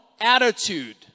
attitude